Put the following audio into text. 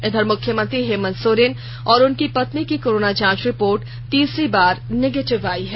इधर मुख्यमंत्री हेमंत सोरेन और उनकी पत्नी की कोरोना जांच रिपोर्ट तीसरी बार निगेटिव आयी है